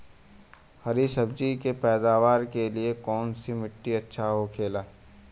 हरी सब्जी के पैदावार के लिए कौन सी मिट्टी अच्छा होखेला?